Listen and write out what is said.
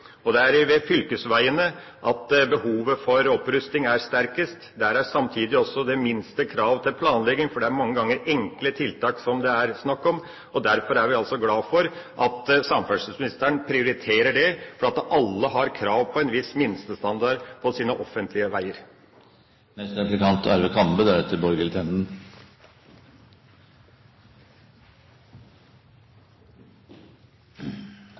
sterkest. Der er det samtidig minst krav til planlegging også, for det er mange ganger enkle tiltak det er snakk om. Derfor er vi glad for at samferdselsministeren prioriterer det, for alle har krav på en viss minstestandard på sine offentlige veier. Den rød-grønne regjeringen har i